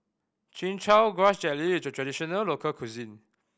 Chin Chow Grass Jelly is a traditional local cuisine